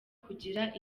kugira